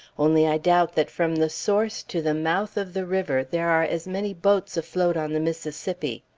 only i doubt that from the source to the mouth of the river there are as many boats afloat on the mississippi.